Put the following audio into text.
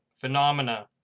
Phenomena